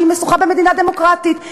שהיא משוכה במדינה דמוקרטית,